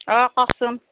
অ' কওকছোন